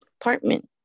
apartment